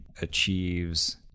achieves